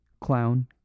clown